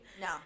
No